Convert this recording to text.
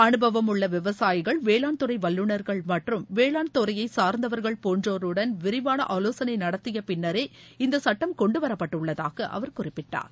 அனுபவம் உள்ள விவசாயிகள் வேளாண் துறை வல்லுநர்கள் மற்றும் வேளாண் துறையைச் சார்ந்தவர்கள் போன்றோருடன் விரிவான ஆலோசனை நடத்திய பின்னரே இந்த சட்டங்கள் கொண்டு வரப்பட்டுள்ளதாக அவர் குறிப்பிட்டார்